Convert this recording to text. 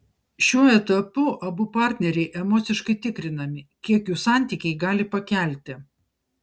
šiuo etapu abu partneriai emociškai tikrinami kiek jų santykiai gali pakelti